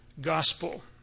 gospel